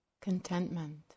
contentment